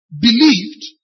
believed